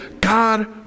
God